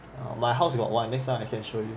my house got one next time I can show you